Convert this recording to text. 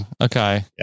Okay